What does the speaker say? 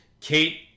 Kate